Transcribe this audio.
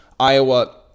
Iowa